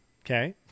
Okay